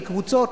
בקבוצות,